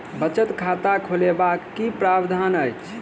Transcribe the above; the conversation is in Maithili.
बचत खाता खोलेबाक की प्रावधान अछि?